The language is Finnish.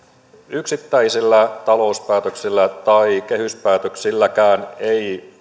yksittäisillä talouspäätöksillä tai kehyspäätöksilläkään ei